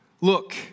Look